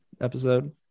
episode